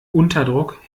unterdruck